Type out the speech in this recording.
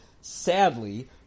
Sadly